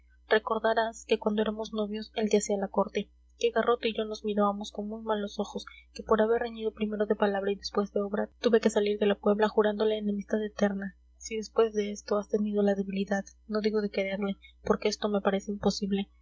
recordarás que cuando éramos novios él te hacía la corte que garrote y yo nos mirábamos con muy malos ojos que por haber reñido primero de palabra y después de obra tuve que salir de la puebla jurándole enemistad eterna si después de esto has tenido la debilidad no digo de quererle porque esto me parece imposible